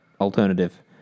alternative